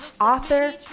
author